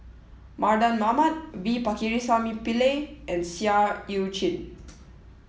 Mardan Mamat V Pakirisamy Pillai and Seah Eu Chin